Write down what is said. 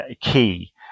key